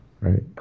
Right